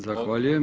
Zahvaljujem.